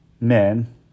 men